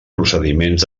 procediments